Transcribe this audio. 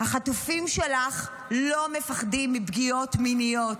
החטופים שלך לא מפחדים מפגיעות מיניות,